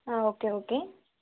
ah okay okay